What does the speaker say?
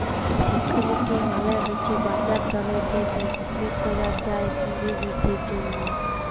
security মালে হছে বাজার দরে যেট বিক্কিরি ক্যরা যায় পুঁজি বিদ্ধির জ্যনহে